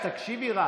אני מוציאה את עצמי.